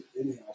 anyhow